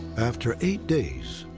after eight days,